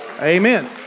Amen